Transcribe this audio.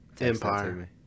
Empire